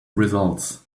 results